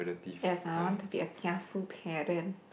yes I want to be a kiasu parent